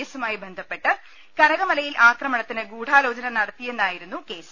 എസുമായി ബന്ധപ്പെട്ട് കനകമലയിൽ ആക്രമണത്തിന് ഗൂഢാലോചന നടത്തിയെന്നായിരുന്നു കേസ്